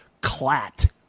CLAT